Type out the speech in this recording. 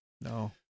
No